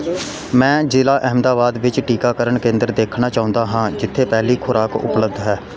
ਮੈਂ ਜ਼ਿਲ੍ਹਾ ਅਹਿਮਦਾਬਾਦ ਵਿੱਚ ਟੀਕਾਕਰਨ ਕੇਂਦਰ ਦੇਖਣਾ ਚਾਹੁੰਦਾ ਹਾਂ ਜਿੱਥੇ ਪਹਿਲੀ ਖੁਰਾਕ ਉਪਲਬਧ ਹੈ